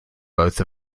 both